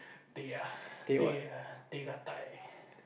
teh ah teh teh